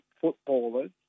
footballers